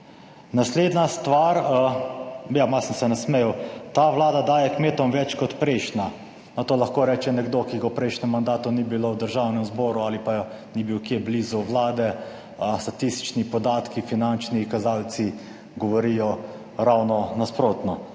Naslednja stvar, ja, malo sem se nasmejal, ta Vlada daje kmetom več kot prejšnja. To lahko reče nekdo, ki ga v prejšnjem mandatu ni bilo v Državnem zboru ali pa ni bil kje blizu Vlade. Statistični podatki, finančni kazalci govorijo ravno nasprotno.